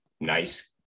nice